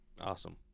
awesome